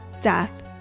death